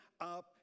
up